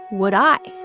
would i?